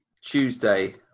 Tuesday